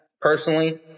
personally